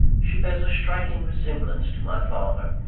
she bears a striking resemblance to my father.